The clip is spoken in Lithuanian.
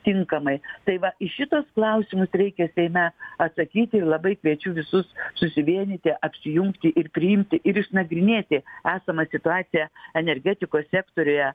tinkamai tai va į šituos klausimus reikia seime atsakyti ir labai kviečiu visus susivienyti apsijungti ir priimti ir išnagrinėti esamą situaciją energetikos sektoriuje